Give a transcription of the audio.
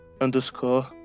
underscore